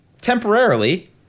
temporarily